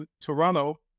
Toronto